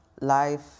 life